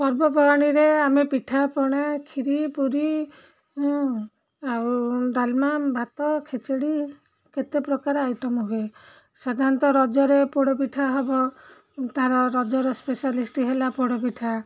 ପର୍ବପର୍ବାଣିରେ ଆମେ ପିଠାପଣା ଖିରୀ ପୁରୀ ଆଉ ଡାଲମା ଭାତ ଖେଚୁଡ଼ି କେତେପ୍ରକାର ଆଇଟମ୍ ହୁଏ ସାଧାରଣତଃ ରଜରେ ପୋଡ଼ ପିଠା ହବ ତାର ରଜର ସ୍ପେଶାଲିଷ୍ଟ ହେଲା ପୋଡ଼ ପିଠା